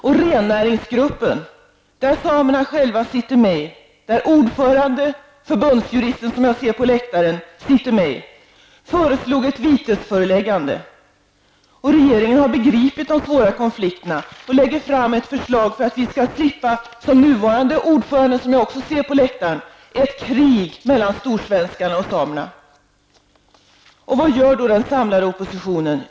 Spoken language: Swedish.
Och rennäringsgruppen där samerna själva sitter med -- där ordföranden och förbundsjuristen som jag ser på läktaren sitter med -- föreslog ett vitesföreläggande. Regeringen har begripit de svåra konflikterna och lägger fram ett förslag för att vi skall slippa -- jag ser också den nuvarande ordföranden på läktaren -- ett ''krig'' mellan storsvenskarna och samerna. Och vad gör då den samlade oppositionen?